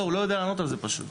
לא, הוא לא יודע לענות על זה פשוט.